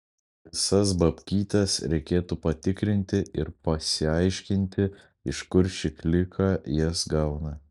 visas babkytes reikėtų patikrinti ir pasiaiškinti iš kur ši klika jas gauna